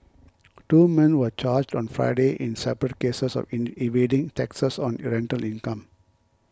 two men were charged on Friday in separate cases of evading taxes on rental income